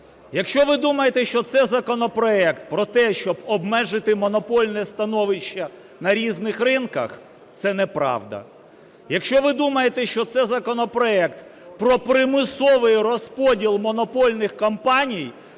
Якщо ви думаєте, що це законопроект про те, щоб обмежити монопольне становище на різних ринках, це неправда. Якщо ви думаєте, що це законопроект про примусовий розподіл монопольних компаній,